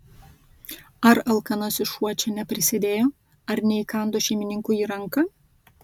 ar alkanasis šuo čia neprisidėjo ar neįkando šeimininkui į ranką